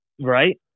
right